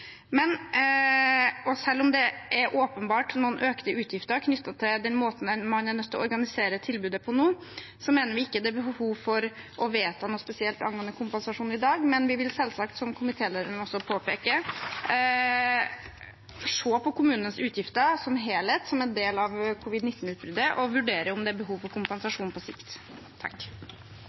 Selv om det åpenbart er noen økte utgifter knyttet til den måten man er nødt til å organisere tilbudet på nå, mener vi det ikke er behov for å vedta noe spesielt angående kompensasjon i dag, men vi vil selvsagt, som komitélederen også påpeker, se på kommunenes utgifter som helhet som en del av covid-19-utbruddet og vurdere om det er behov for kompensasjon på sikt.